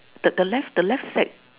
the the left the left sack